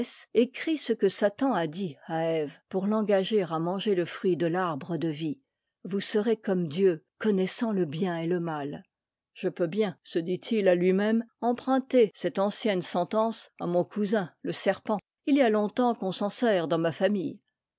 écrit ce que satan a dit à ève pour l'engager à manger le fruit de l'arbre de vie b m mrm comme dieu connaissant le bien et le mal je peux bien se dit-il à iui mê nel emprunter cette ancienne sentence à mon cousin le serpent il y a longtemps qu'on s'en sert dans ma famille